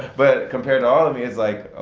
but compared to all of me it's like,